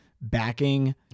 backing